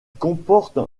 comporte